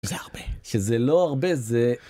זה הרבה, שזה לא הרבה זה...